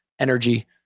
energy